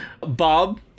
Bob